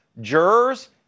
jurors